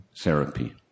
therapy